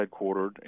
headquartered